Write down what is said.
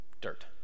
Dirt